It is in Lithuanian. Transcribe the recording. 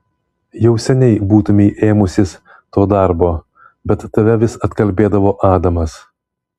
jau seniai būtumei ėmusis to darbo bet tave vis atkalbėdavo adamas